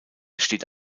steht